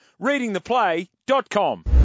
Readingtheplay.com